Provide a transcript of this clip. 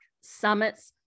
summits